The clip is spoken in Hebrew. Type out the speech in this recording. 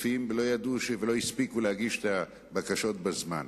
ולא הספיקו להגיש את הבקשות בזמן.